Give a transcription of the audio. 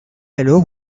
alors